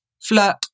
flirt